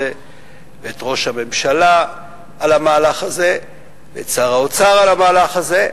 ואת ראש הממשלה על המהלך הזה ואת שר האוצר על המהלך הזה,